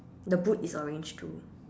the boot is orange too